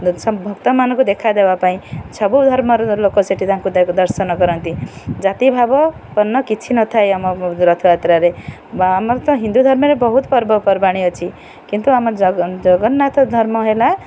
ଭକ୍ତମାନଙ୍କୁ ଦେଖାଦେବା ପାଇଁ ସବୁ ଧର୍ମର ଲୋକ ସେଇଠି ତାଙ୍କୁ ଦର୍ଶନ କରନ୍ତି ଜାତିଭାବ ବର୍ଣ୍ଣ କିଛି ନଥାଏ ଆମ ରଥଯାତ୍ରାରେ ଆମର ତ ହିନ୍ଦୁ ଧର୍ମରେ ବହୁତ ପର୍ବପର୍ବାଣୀ ଅଛି କିନ୍ତୁ ଆମ ଜଗନ୍ନାଥ ଧର୍ମ ହେଲା